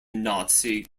nazi